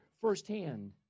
firsthand